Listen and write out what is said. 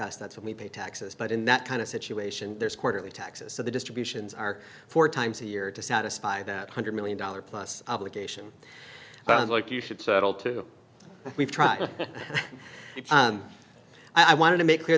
us that's when we pay taxes but in that kind of situation there's quarterly taxes so the distributions are four times a year to satisfy that one hundred million dollars plus obligation like you should settle to we've tried i want to make